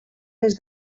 més